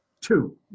two